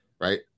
right